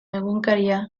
egunkaria